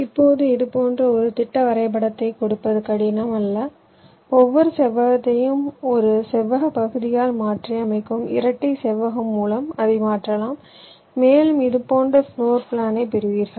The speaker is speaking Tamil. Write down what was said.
இப்போது இது போன்ற ஒரு திட்ட வரைபடத்தைக் கொடுப்பது கடினம் அல்ல ஒவ்வொரு செவ்வகத்தையும் ஒரு செவ்வக பகுதியால் மாற்றியமைக்கும் இரட்டை செவ்வகம் மூலம் அதை மாற்றலாம் மேலும் இது போன்ற பிளோர் பிளானைப் பெறுவீர்கள்